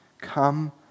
come